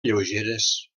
lleugeres